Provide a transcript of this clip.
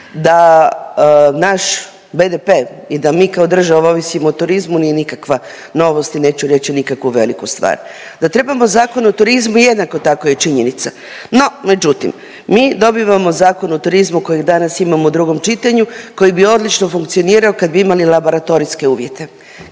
Da naš BDP i da mi kao država ovisimo o turizmu nije nikakva novost i neću reći nikakvu veliku stvar. Da trebamo zakon o turizmu, jednako tako je činjenica, no međutim, mi dobivamo Zakon o turizmu kojeg danas imamo u drugom čitanju, koji bi odlično funkcionirao kad bi imali laboratorijske uvjete.